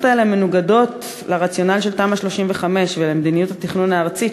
התוכניות האלה מנוגדות לרציונל של תמ"א 35 ולמדיניות התכנון הארצית,